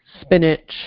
spinach